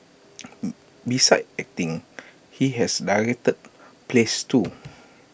besides acting he has directed plays too